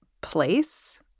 place